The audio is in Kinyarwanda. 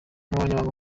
umunyamabanga